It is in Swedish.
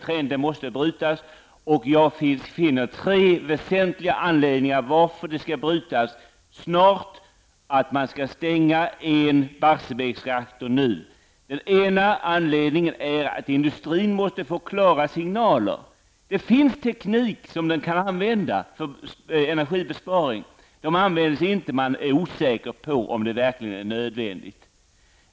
Trenden måste brytas, och jag finner tre väsentliga anledningar till varför den snart bör brytas, till att man nu skall stänga en Barsebäcksreaktor. En anledning är att industrin måste få klara signaler. Det finns teknik för energibesparing som industrin kan använda. Denna teknik används inte, eftersom man inom industrin är osäker på om det verkligen är nödvändigt.